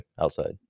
outside